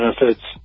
benefits